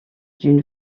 d’une